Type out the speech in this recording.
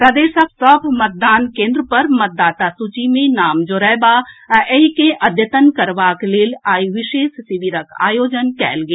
प्रदेशक सभ मतदान केन्द्र पर मतदाता सूची मे नाम जोड़एबा आ एहि के अद्यतन करबाक लेल आइ विशेष शिविरक आयोजन कयल गेल